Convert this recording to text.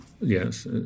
Yes